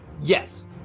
Yes